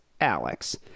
Alex